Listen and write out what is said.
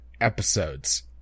episodes